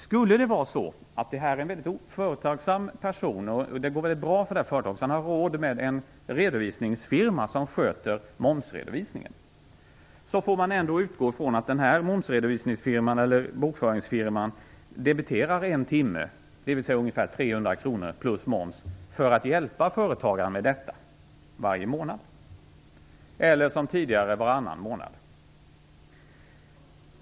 Är det en väldigt företagsam person, och att det går mycket bra för företaget, så att man har råd med en redovisningsfirma som sköter momsredovisningen, får man utgå från att bokföringsfirman debiterar ungefär 300 kr plus moms i timmen för att hjälpa företagaren med detta varje månad, eller som tidigare varannan månad.